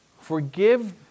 Forgive